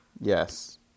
Yes